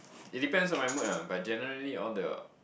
it depends on my mood ah but generally all the